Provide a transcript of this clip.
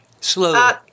Slowly